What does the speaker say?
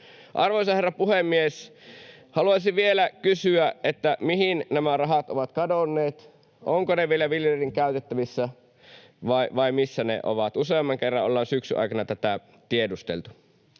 Arvoisa herra puhemies! Haluaisin vielä kysyä, mihin nämä rahat ovat kadonneet. Ovatko ne vielä viljelijöiden käytettävissä, vai missä ne ovat? Useamman kerran ollaan syksyn aikana tätä tiedusteltu.